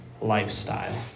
lifestyle